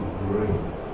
grace